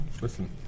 Listen